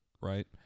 right